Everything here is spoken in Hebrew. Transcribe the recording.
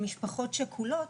משפחות שכולות,